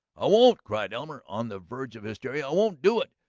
i won't! cried elmer, on the verge of hysteria. i won't do it.